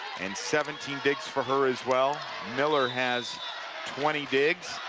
and seventeen digs for her as well. miller has twenty digs